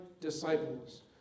disciples